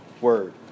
word